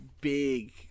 Big